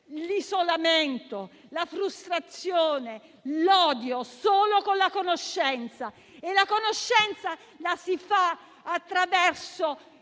l'isolamento, la frustrazione e l'odio solo con la conoscenza e la conoscenza la si persegue attraverso